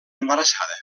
embarassada